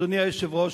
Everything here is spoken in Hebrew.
אדוני היושב-ראש,